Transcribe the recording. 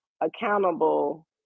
accountable